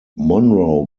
monroe